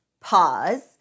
Pause